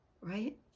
Right